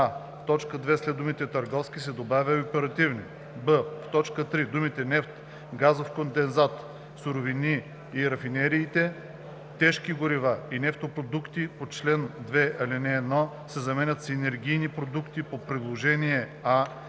а) в т. 2 след думата „търговски“ се добавя „и оперативни“; б) в т. 3 думите „нефт, газов кондензат, суровини за рафинериите, тежки горива и нефтопродукти по чл. 2, ал. 1“ се заменят с „енергийни продукти по приложение А,